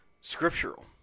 scriptural